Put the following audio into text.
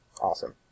awesome